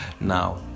now